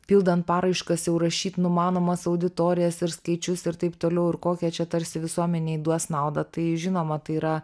pildant paraiškas jau rašyt numanomas auditorijas ir skaičius ir taip toliau ir kokią čia tarsi visuomenei duos naudą tai žinoma tai yra